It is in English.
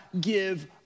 give